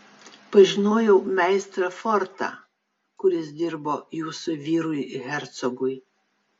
pažinojau meistrą fortą kuris dirbo jūsų vyrui hercogui